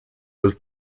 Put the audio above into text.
was